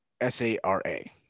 S-A-R-A